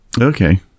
Okay